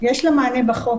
יש לה מענה בחוק.